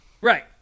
Right